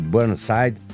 Burnside